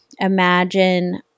imagine